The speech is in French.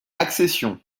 accession